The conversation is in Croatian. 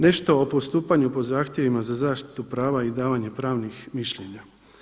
Nešto o postupanju po zahtjevima za zaštitu prava i davanje pravnih mišljenja.